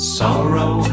sorrow